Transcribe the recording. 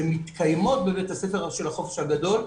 שמתקיימות בבית הספר של החופש הגדול,